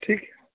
ٹھیک ہے